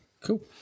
Cool